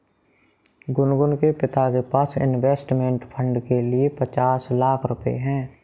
गुनगुन के पिताजी के पास इंवेस्टमेंट फ़ंड के लिए पचास लाख रुपए है